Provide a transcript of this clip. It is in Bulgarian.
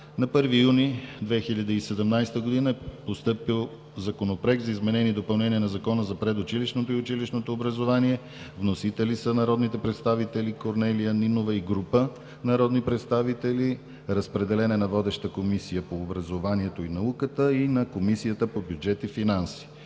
На 1 юни 2017 г. е постъпил Законопроект за изменение и допълнение на Закона за предучилищното и училищното образование. Вносители са народните представители Корнелия Нинова и група народни представители. Разпределен е на: Комисия по образоването и науката – водеща, и на Комисията по бюджет и финанси.